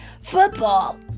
Football